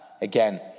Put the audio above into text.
Again